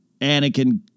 Anakin